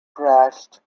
crashed